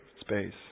space